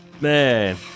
Man